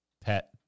pet